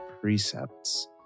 precepts